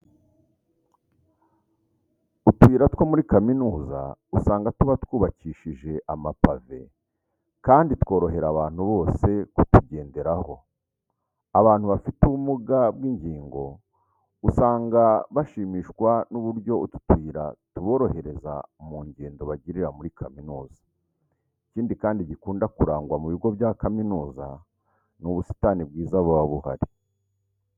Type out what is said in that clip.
Utuyira two muri kaminuza usanga tuba twubakishije amapave kandi tworohera abantu bose kutugenderaho. Abantu bafite ubumuga bw'ingingo usanga bashimishwa n'uburyo utu tuyira tuborohereza mu ngendo bagirira muri kaminuza. Ikindi kandi gikunda kuranga mu bigo bya kaminuza ni ubusitani bwiza buba buhari.